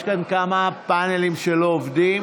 יש כאן כמה פנלים שלא עובדים.